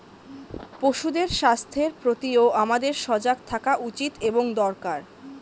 পশুদের স্বাস্থ্যের প্রতিও আমাদের সজাগ থাকা উচিত এবং দরকার